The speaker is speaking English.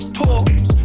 talks